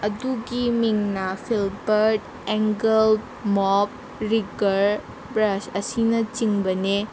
ꯑꯗꯨꯒꯤ ꯃꯤꯡꯅ filbert angle mop rigger brush ꯑꯁꯤꯅꯆꯤꯡꯕꯅꯦ